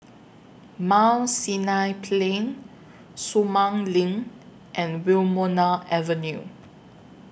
Mount Sinai Plain Sumang LINK and Wilmonar Avenue